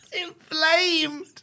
Inflamed